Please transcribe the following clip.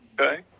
Okay